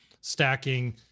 stacking